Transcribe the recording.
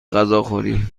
غذاخوری